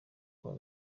kuwa